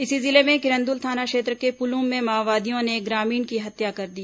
इसी जिले में किरंदुल थाना क्षेत्र के पुलुम में माओवादियों ने एक ग्रामीण की हत्या कर दी